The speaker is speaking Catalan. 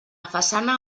façana